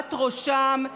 משערות ראשם,